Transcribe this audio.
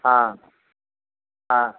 हाँ हाँ